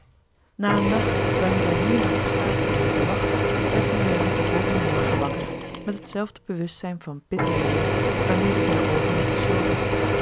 na een nacht waarin zij meer had geslapen dan zij verwachtte werd marianne den volgenden morgen wakker met het zelfde bewustzijn van bitter leed waarmede zij de oogen had gesloten